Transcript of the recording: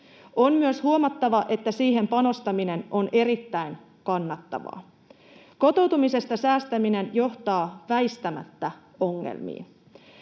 On myös huomattava, että siihen panostaminen on erittäin kannattavaa. Kotoutumisesta säästäminen johtaa väistämättä ongelmiin,